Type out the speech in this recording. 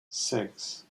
six